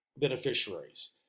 beneficiaries